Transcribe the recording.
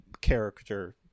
character